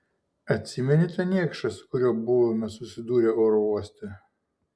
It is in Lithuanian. atsimeni tą niekšą su kuriuo buvome susidūrę oro uoste